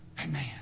Amen